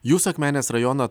jūs akmenės rajoną